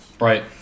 Right